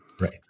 Right